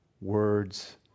words